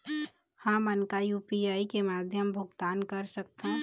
हमन का यू.पी.आई के माध्यम भुगतान कर सकथों?